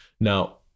now